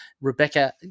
Rebecca